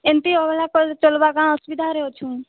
ଏମିତି ଅବହେଳା କଲେ ଚଲବା କାଁ ଅସୁବିଧାରେ ଅଛୁଁ